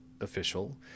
official